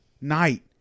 night